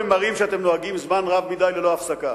הם מראים שאתם נוהגים זמן רב מדי ללא הפסקה.